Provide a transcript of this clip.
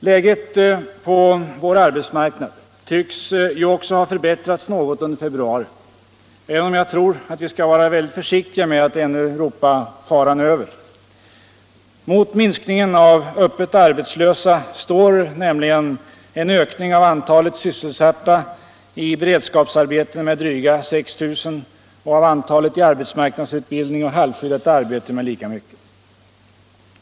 Läget på vår arbetsmarknad tycks ju också ha förbättrats något under februari, även om jag tror att vi skall vara väldigt försiktiga med att ännu ropa ”faran över”. Mot minskningen av öppet arbetslösa står nämligen en ökning av antalet sysselsatta i beredskapsarbeten med dryga 6 000 och av antalet i arbetsmarknadsutbildning och halvskyddat arbete med lika mycket.